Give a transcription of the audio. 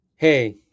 Hey